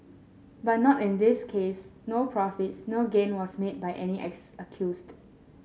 but not in this case no profits no gain was made by any ex accused